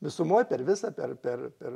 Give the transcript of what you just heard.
visumoj per visą per per per